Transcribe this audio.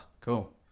Cool